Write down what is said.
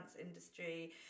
industry